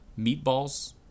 meatballs